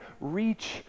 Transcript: reach